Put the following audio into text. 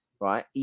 right